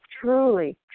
truly